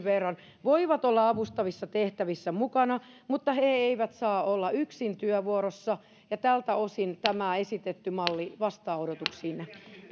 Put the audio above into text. verran voivat olla avustavissa tehtävissä mukana mutta he eivät saa olla yksin työvuorossa tältä osin tämä esitetty malli vastaa odotuksiinne